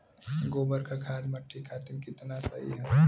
गोबर क खाद्य मट्टी खातिन कितना सही ह?